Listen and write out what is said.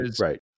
right